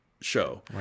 show